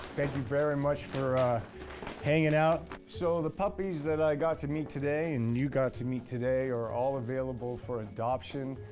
thank you very much for hanging out. so the puppies that i got to meet today, and you got to meet today, are all available for adoption.